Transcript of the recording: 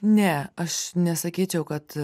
ne aš nesakyčiau kad